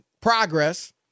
progress